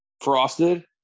Frosted